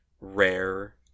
rare